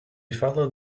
followed